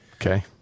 Okay